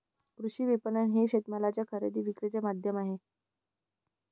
कृषी विपणन हे शेतमालाच्या खरेदी विक्रीचे माध्यम आहे